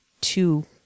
two